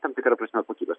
tam tikra prasme kokybės